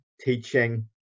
teaching